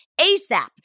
ASAP